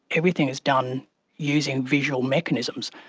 everything is done using visual mechanisms.